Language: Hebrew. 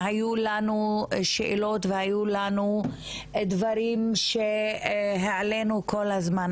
היו לנו שאלות והיו לנו דברים שהעלנו כל הזמן,